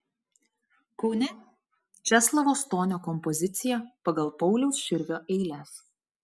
kaune česlovo stonio kompozicija pagal pauliaus širvio eiles